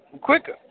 quicker